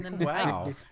Wow